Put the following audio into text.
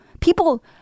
people